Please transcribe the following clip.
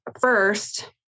first